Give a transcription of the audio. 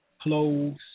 cloves